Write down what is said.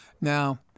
Now